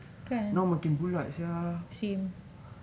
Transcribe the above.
kan same